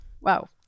Wow